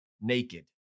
naked